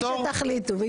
מי שתחליטו.